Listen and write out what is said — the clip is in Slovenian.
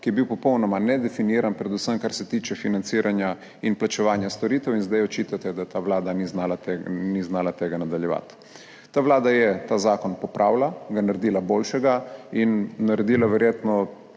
ki je bil popolnoma nedefiniran, predvsem kar se tiče financiranja in plačevanja storitev. In zdaj očitate, da ta Vlada ni znala tega nadaljevati. Ta Vlada je ta zakon popravila, ga naredila boljšega in naredila verjetno